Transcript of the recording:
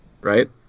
right